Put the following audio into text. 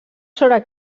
sobre